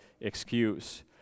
excuse